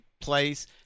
place